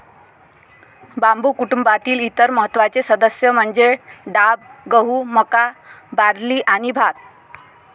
बांबू कुटुंबातील इतर महत्त्वाचे सदस्य म्हणजे डाब, गहू, मका, बार्ली आणि भात